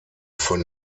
von